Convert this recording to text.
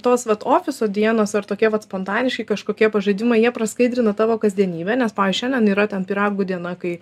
tos vat ofiso dienos ar tokie vat spontaniški kažkokie pažaidimai jie praskaidrina tavo kasdienybę nes pavyzdžiui šianen yra ten pyragų diena kai